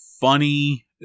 funny